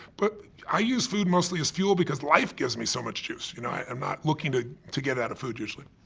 but i use food mostly as fuel because life gives me so much juice. you know, i'm not looking to to get out of food, usually.